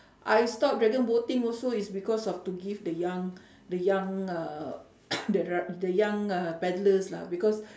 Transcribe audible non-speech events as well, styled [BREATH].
I stop dragon boating also is because of to give the young [BREATH] the young uh [COUGHS] the dr~ the young uh paddlers lah because